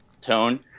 tone